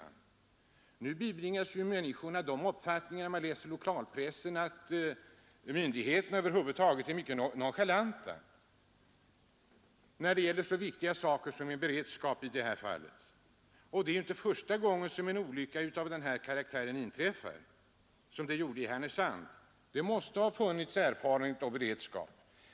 Av lokalpressen bibringas människorna nu uppfattningen att myndigheterna är mycket nonchalanta när det gäller den här viktiga beredskapen. Det är inte första gången som en olycka inträffar av samma karaktär som i Härnösandsfallet, och det måste ha funnits erfarenheter.